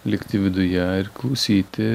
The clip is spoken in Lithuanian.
likti viduje ir klausyti